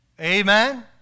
Amen